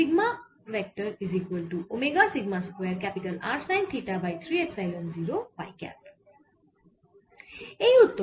এই উত্তরে Poynting vector এর দিক হবে ফাই দিক